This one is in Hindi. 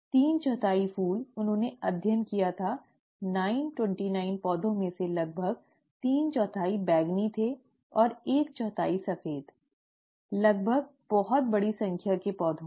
तीन चौथाई फूल उन्होंने अध्ययन किया था nine twenty nine पौधों में से लगभग तीन चौथाई बैंगनी थे और एक चौथाई सफेद लगभग बहुत बड़ी संख्या के पौधे में